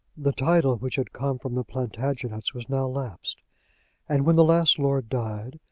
the title which had come from the plantagenets was now lapsed and when the last lord died,